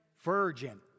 virgin